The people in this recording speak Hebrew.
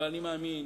אבל אני מאמין